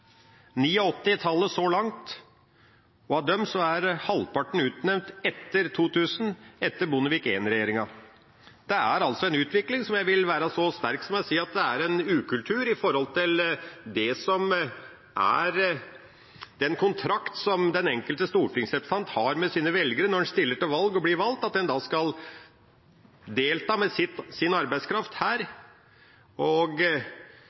tallet så langt. Av dem er halvparten utnevnt etter år 2000, etter Bondevik I-regjeringa. Det er altså en utvikling som jeg vil si så sterkt at er en ukultur i forhold til det som er den kontrakt som den enkelte stortingsrepresentant har med sine velgere når en stiller til valg og blir valgt. En skal da delta med sin arbeidskraft her.